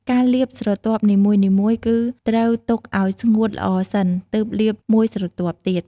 ការលាបស្រទាប់នីមួយៗ គឺត្រូវទុកឱ្យស្ងួតល្អសិន ទើបលាបមួយស្រទាប់ទៀត។